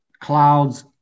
clouds